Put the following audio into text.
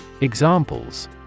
Examples